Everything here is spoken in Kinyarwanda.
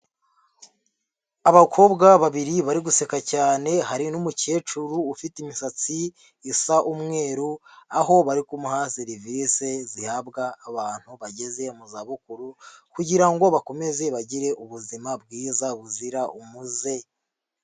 Abakobwa babiri bari guseka cyane hari n'umukecuru ufite imisatsi isa umweru aho bari kumuha serivisi zihabwa abantu bageze mu za bukuru kugira ngo bakomeze bagire ubuzima bwiza buzira umuze.